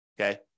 okay